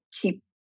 keep